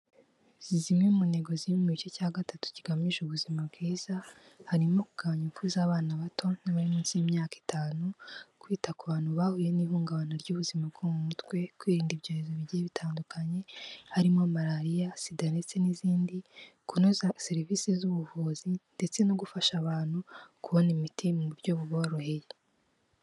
Zimwe mu ntego ziri mu gice cya gatatu kigamije ubuzima bwiza harimo kugabanya imfu z'abana bato bari munsi y'imyaka itanu, kwita ku bantu bahuye n'ihungabana ry'ubuzima bwo mu mutwe, kwirinda ibyorezo bigiye bitandukanye harimo malariya, Sida ndetse n'izindi, kunoza serivisi z'ubuvuzi ndetse no gufasha abantu kubona imiti mu buryo buboroheye.